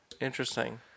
Interesting